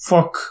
Fuck